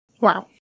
Wow